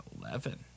eleven